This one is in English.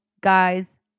guys